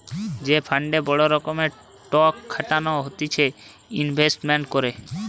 যে ফান্ডে বড় রকমের টক খাটানো হতিছে ইনভেস্টমেন্ট করে